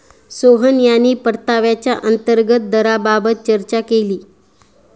सोहन यांनी परताव्याच्या अंतर्गत दराबाबत चर्चा केली